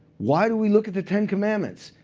why do we look at the ten commandments?